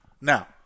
now